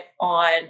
on